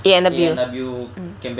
A&W mm